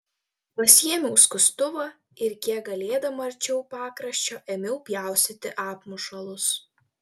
pasiėmiau skustuvą ir kiek galėdama arčiau pakraščio ėmiau pjaustyti apmušalus